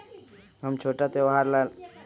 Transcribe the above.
हम छोटा त्योहार ला लोन कहां से ले सकई छी?